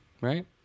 right